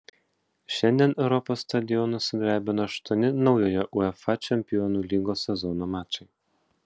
šiandien europos stadionus sudrebino aštuoni naujojo uefa čempionų lygos sezono mačai